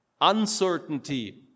uncertainty